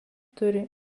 turi